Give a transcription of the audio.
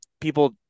people